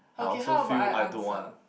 I also feel I don't want